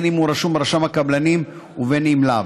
אם הוא רשום ברשם הקבלנים ואם לאו,